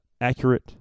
accurate